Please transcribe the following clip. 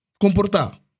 Comportar